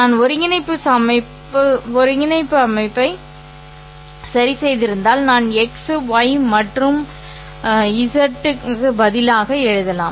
நான் ஒருங்கிணைப்பு அமைப்பு சரி செய்திருந்தால் நான் x̂ ŷ மற்றும் of க்கு பதிலாக எழுதலாம்